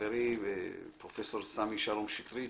חברי פרופסור סמי שלום שטרית,